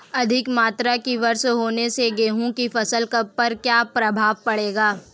अधिक मात्रा की वर्षा होने से गेहूँ की फसल पर क्या प्रभाव पड़ेगा?